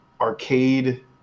arcade